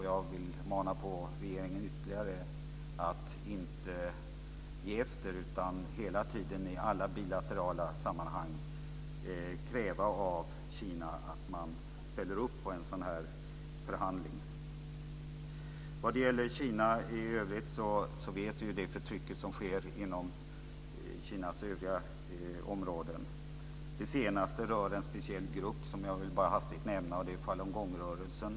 Jag vill mana på regeringen ytterligare att inte ge efter utan hela tiden i alla bilaterala sammanhang kräva av Kina att man ställer upp på en förhandling. Vad gäller Kina i övrigt känner vi till det förtryck som sker inom Kinas övriga områden. Det senaste rör en speciell grupp som jag bara hastigt ska nämna, nämligen falungongrörelsen.